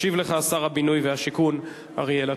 ישיב לך שר הבינוי והשיכון אריאל אטיאס.